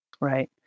right